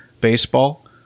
baseball